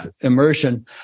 immersion